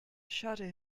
shadow